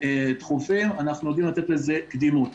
דחופים אנחנו יודעים לתת לזה קדימות.